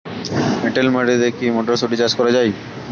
এটেল মাটিতে কী মটরশুটি চাষ করা য়ায়?